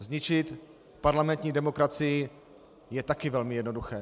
Zničit parlamentní demokracii je také velmi jednoduché.